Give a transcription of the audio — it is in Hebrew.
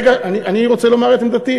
אני רוצה לומר את עמדתי.